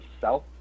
South